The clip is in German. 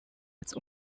als